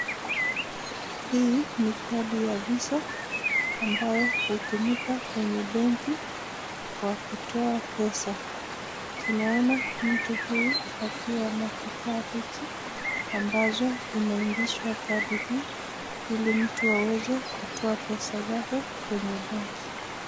Hii ni kadi ya Visa ambayo hutumika kwenye benki kwa kutoa pesa. Tunaona mtu huyu akiwa ana kifaa hichi ambazo inaingishwa kadi hii ili mtu aweze kutoa pesa zake kwenye benki.